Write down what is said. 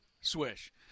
swish